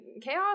chaos